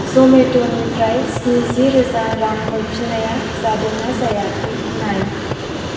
जमेट'निफ्राय स्निजि रोजा रां हरफिन्नाया जादोंना जायाखै नाय